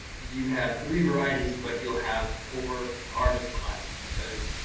you have three varieties, but you'll have four harvest lots because